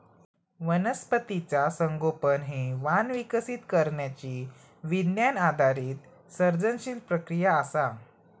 वनस्पतीचा संगोपन हे वाण विकसित करण्यची विज्ञान आधारित सर्जनशील प्रक्रिया असा